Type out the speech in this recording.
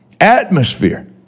Atmosphere